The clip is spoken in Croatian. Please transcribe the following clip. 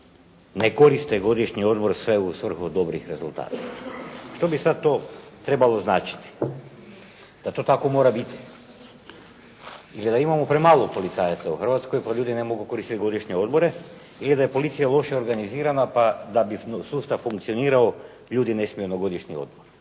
ne koriste godišnji odmor sve u svrhu dobrih rezultata. Što bi sada to trebalo značiti? Da to tako treba biti ili da imamo premalo policajaca u Hrvatskoj pa ljudi ne mogu koristiti godišnje odmore ili da je policija loše organizirana pa da bi sustav funkcionirao ljudi ne smiju na godišnji odmor.